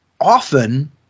often